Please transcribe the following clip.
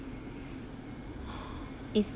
is